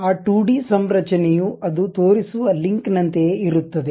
ಆ 2 ಡಿ ಸಂರಚನೆಯು ಅದು ತೋರಿಸುವ ಲಿಂಕ್ ನಂತೆಯೇ ಇರುತ್ತದೆ